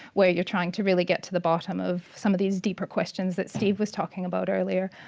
where you're trying to really get to the bottom of some of these deeper questions that steve was talking about earlier.